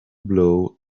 blow